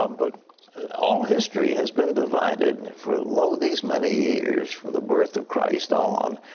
um but all history has been divided for lo these many years from the birth of christ on.